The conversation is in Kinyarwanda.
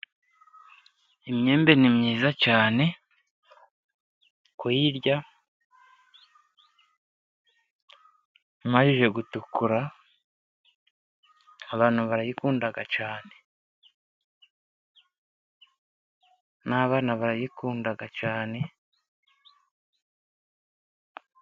Imyembe cyane ku yirya imaze gutukura, abantu barayikunda cyane n'abana bakayikunda cyane.